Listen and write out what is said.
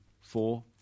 four